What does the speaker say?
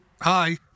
Hi